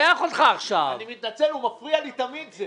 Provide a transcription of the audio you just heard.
שם ולאחר שאישרנו אתמול את חוק הגמ"חים